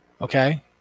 Okay